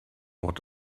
what